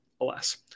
alas